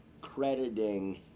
crediting